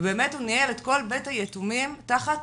ובאמת הוא ניהל את כל בית היתומים תחת